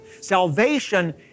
Salvation